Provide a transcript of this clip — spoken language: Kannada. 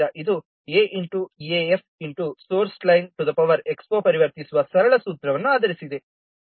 ಆದ್ದರಿಂದ ಇದು aexpo ಪರಿವರ್ತಿಸುವ ಸರಳ ಸೂತ್ರವನ್ನು ಆಧರಿಸಿದೆ